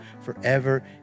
forever